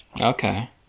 Okay